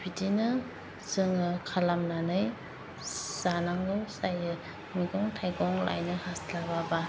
बिदिनो जोङो खालामनानै जानांगौ जायो मैगं थाइगं लायनो हास्लाबाबा